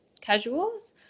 casuals